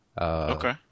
Okay